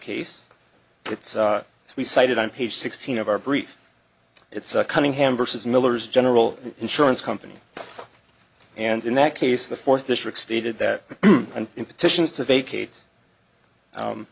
case it's as we cited on page sixteen of our brief it's cunningham vs miller's general insurance company and in that case the fourth district stated that